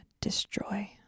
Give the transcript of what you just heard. destroy